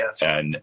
Yes